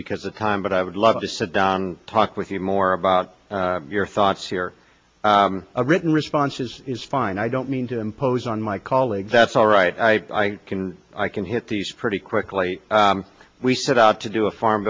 because of time but i would love to sit down and talk with you more about your thoughts here a written response is is fine i don't mean to impose on my colleagues that's all right i can i can hit these pretty quickly we set out to do a farm